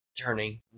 turning